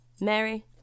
Mary